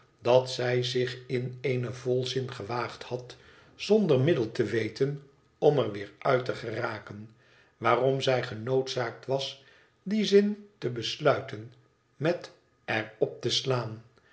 dat zij zich in een volzin gewaagd had zonder middel te weten om er weer uit te geraken waarom zij genoodzaakt was dien zin te besluiten met er op te slaan